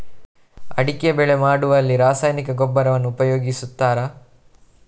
ಅಡಿಕೆ ಬೆಳೆ ಮಾಡುವಲ್ಲಿ ರಾಸಾಯನಿಕ ಗೊಬ್ಬರವನ್ನು ಉಪಯೋಗಿಸ್ತಾರ?